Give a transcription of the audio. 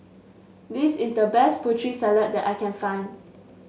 this is the best Putri Salad that I can find